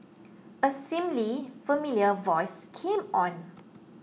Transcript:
a seemingly familiar voice came on